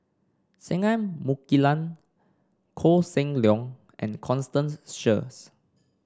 Singai Mukilan Koh Seng Leong and Constance Sheares